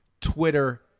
Twitter